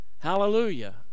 Hallelujah